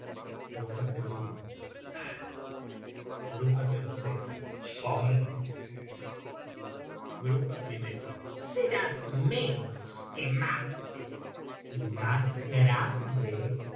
salve serás menos que macbeth y más grande